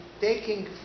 taking